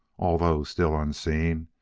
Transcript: although still unseen,